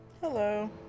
Hello